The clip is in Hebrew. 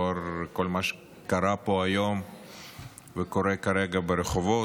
לאור כל מה שקרה פה היום וקורה כרגע ברחובות.